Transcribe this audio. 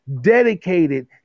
dedicated